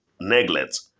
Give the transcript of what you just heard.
neglect